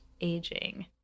aging